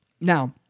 Now